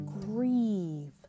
grieve